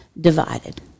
divided